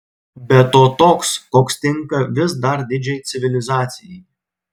be to toks koks tinka vis dar didžiai civilizacijai